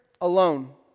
alone